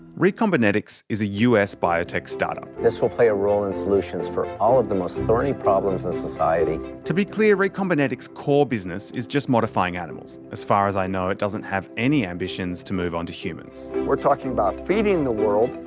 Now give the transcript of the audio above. recombinetics is a us biotech start-up. this will play a role in solutions for all of the most thorny problems in society. to be clear, recombinetics' core business is just modifying animals. as far as i know, it doesn't have ambitions to move on to humans. we're talking about feeding the world,